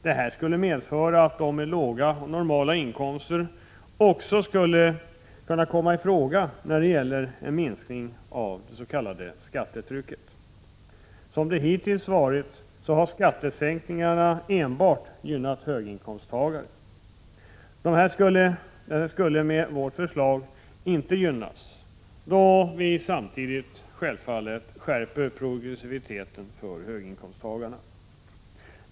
Detta skulle medföra att de med låga och normala inkomster också skulle kunna komma i fråga när det gäller en minskning av det s.k. skattetrycket. Som det hittills varit har skattesänkningarna enbart gynnat höginkomsttagare. Dessa skulle med vårt förslag inte gynnas, då vi samtidigt självfallet vill skärpa progressiviteten för höginkomsttagarna.